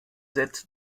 sätze